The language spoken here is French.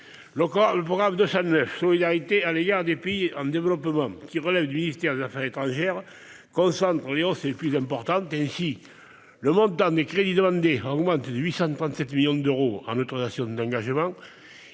Le programme 209, « Solidarité à l'égard des pays en développement », qui relève du ministère des affaires étrangères, concentre les hausses les plus importantes. Ainsi, le montant des crédits demandés augmente de 837 millions d'euros en autorisations d'engagement